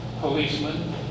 policeman